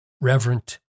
reverent